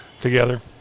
together